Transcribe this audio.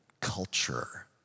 culture